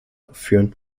anführen